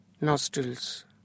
nostrils